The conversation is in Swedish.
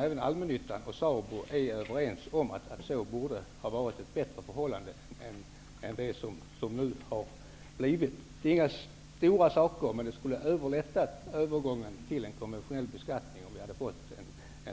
Även allmännyttan och SABO menar att det skulle ha varit bättre än det som nu föreslås av utskottet. Det är inga stora saker, men en möjlighet till en snabbare avskrivning skulle underlätta övergången till en konventionell beskattning. Det skulle dessutom ge